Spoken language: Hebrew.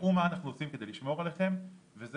'תראו מה אנחנו עושים כדי לשמור עליכם' וזה